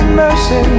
mercy